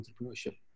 entrepreneurship